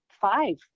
five